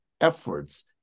efforts